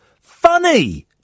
funny